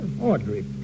Audrey